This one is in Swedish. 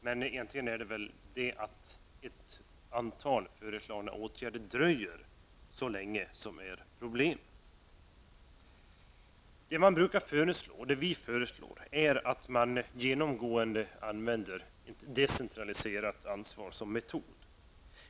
Men egentligen är det väl det förhållandet att ett antal föreslagna åtgärder dröjer så länge som är problemet. Det som brukar föreslås -- och det vi föreslår -- är att man genomgående skall använda ett decentraliserat ansvar som metod.